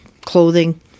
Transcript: clothing